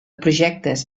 projectes